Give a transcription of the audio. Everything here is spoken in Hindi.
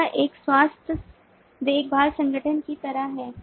तो यह एक स्वास्थ्य देखभाल संगठन की तरह है